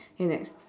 K next